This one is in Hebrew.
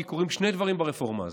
כי קורים שני דברים ברפורמה הזאת: